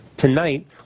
Tonight